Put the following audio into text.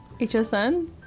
HSN